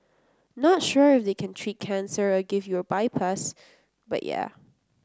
not sure if they can treat cancer or give you a bypass but yeah